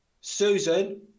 Susan